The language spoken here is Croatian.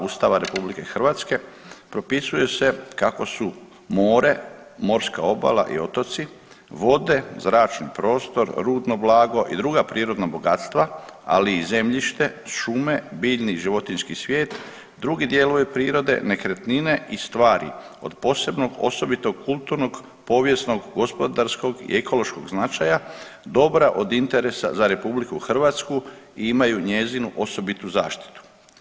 Ustava RH propisuje se kako su more, morska obala i otoci, vode, zračni prostor, rudno blago i druga prirodna bogatstva ali i zemljište, šume, biljni i životinjski svijet, drugi dijelovi prirode nekretnine i stvari od posebnog, osobitog, kulturnog, povijesnog, gospodarskog i ekološkog značaja dobra od interesa za RH i imaju njezinu osobitu zaštitu.